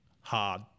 hard